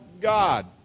God